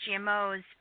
GMOs